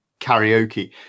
karaoke